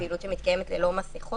זאת פעילות שמתקיימת ללא מסכות,